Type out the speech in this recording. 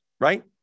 right